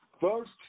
First